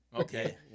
okay